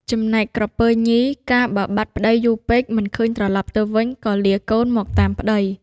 ចំណែកក្រពើញី កាលបើបាត់ប្ដីយូរពេក មិនឃើញត្រឡប់ទៅវិញ ក៏លាកូនមកតាមប្ដី ។